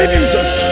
Jesus